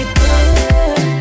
good